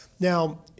Now